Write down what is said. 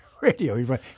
radio